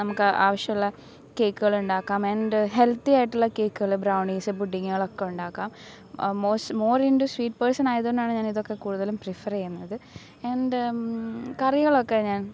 നമുക്ക് ആവശ്യമുള്ള കെയ്ക്ക്കളുണ്ടാക്കാം ആൻഡ് ഹെൽത്തി ആയിട്ടുള്ള കേക്ക്കൾ ബ്രൗണീസ് പുഡിങ്ങളൊക്കെ ഉണ്ടാക്കാം most more into sweet person ആയത്കൊണ്ടാണ് ഞാൻ ഇതൊക്കെ കൂടുതലും പ്രിഫെർ ചെയ്യുന്നത് ആൻഡ് കറികളൊക്കെ ഞാൻ